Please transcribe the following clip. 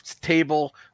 table